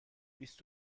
بیست